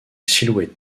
silhouette